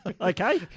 okay